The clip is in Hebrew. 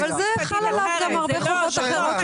זאת לא ישות משפטית אחרת.